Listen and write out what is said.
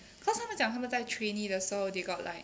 cause 他们讲他们在 trainee 的时候 they got like